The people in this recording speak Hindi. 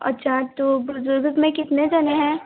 अच्छा तो बुज़ुर्ग में कितने जने हैं